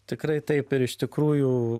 tikrai taip ir iš tikrųjų